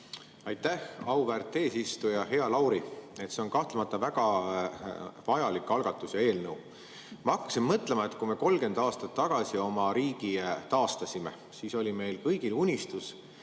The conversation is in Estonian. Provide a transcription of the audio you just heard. Aitäh, auväärt eesistuja! Hea Lauri! See on kahtlemata väga vajalik algatus ja eelnõu. Ma hakkasin mõtlema, et kui me 30 aastat tagasi oma riigi taastasime, siis oli meil kõigil unistus,